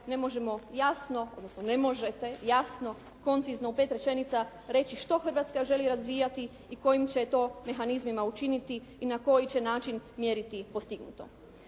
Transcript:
ne možemo jasno, odnosno ne možete jasno koncizno u pet rečenica reći što Hrvatska želi razvijati i kojim će to mehanizmima učiniti i na koji će način mjeriti postignuto.